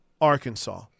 Arkansas